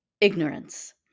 ignorance